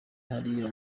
hariya